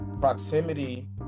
proximity